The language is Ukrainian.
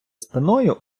спиною